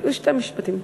שני משפטים.